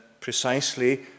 precisely